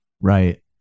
Right